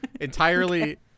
Entirely